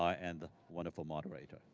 um and the wonderful moderator.